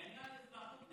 בעניין אזרחות,